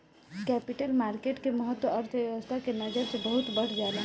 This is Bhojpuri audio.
कैपिटल मार्केट के महत्त्व अर्थव्यस्था के नजर से बहुत बढ़ जाला